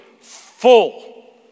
full